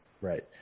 Right